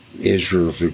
Israel